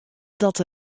dat